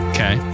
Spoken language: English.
Okay